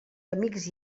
amics